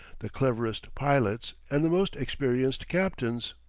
the cleverest pilots, and the most experienced captains.